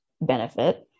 benefit